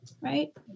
right